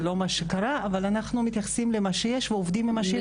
זה לא מה שקרה אבל אנחנו מתייחסים למה שיש ועובדים עם מה שיש.